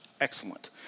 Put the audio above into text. excellent